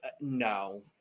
no